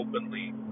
openly